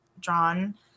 drawn